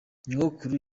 nyogokuru